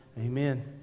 Amen